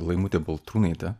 laimutė baltrūnaitė